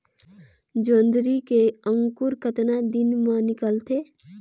जोंदरी के अंकुर कतना दिन मां निकलथे?